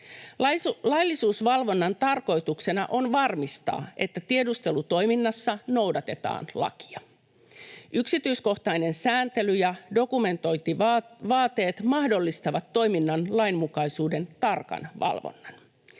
Laillisuusvalvonnan tarkoituksena on varmistaa, että tiedustelutoiminnassa noudatetaan lakia. Yksityiskohtainen sääntely ja dokumentointivaateet mahdollistavat toiminnan lainmukaisuuden tarkan valvonnan.